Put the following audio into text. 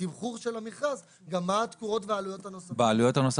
התמחור של המכרז גם מה התקורות והעלויות הנוספות.